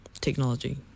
technology